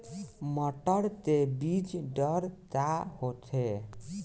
मटर के बीज दर का होखे?